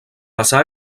passà